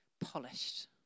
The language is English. polished